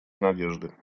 надежды